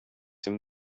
him